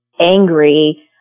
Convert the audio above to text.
angry